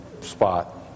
spot